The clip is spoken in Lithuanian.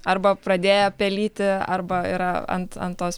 arba pradėjo pelyti arba yra ant ant tos